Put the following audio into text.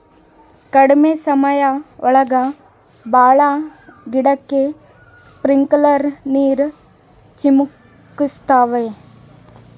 ಕಡ್ಮೆ ಸಮಯ ಒಳಗ ಭಾಳ ಗಿಡಕ್ಕೆ ಸ್ಪ್ರಿಂಕ್ಲರ್ ನೀರ್ ಚಿಮುಕಿಸ್ತವೆ